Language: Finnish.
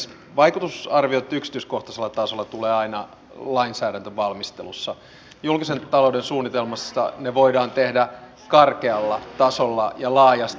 vaikutusarviot tulevat yksityiskohtaisella tasolla aina lainsäädäntövalmistelussa julkisen talouden suunnitelmassa ne voidaan tehdä karkealla tasolla ja laajasti